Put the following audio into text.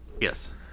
Yes